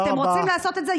אתם רוצים לעשות את זה?